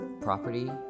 property